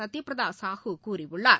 கத்யபிரதா சாஹூ கூறியுள்ளார்